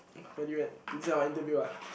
value add this one what interview ah